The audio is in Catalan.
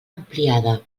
ampliada